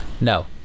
No